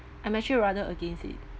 I'm actually rather against it